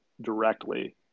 directly